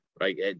Right